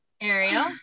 Ariel